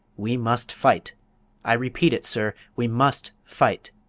we must fight i repeat it, sir, we must fight!